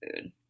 Food